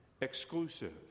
exclusive